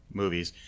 movies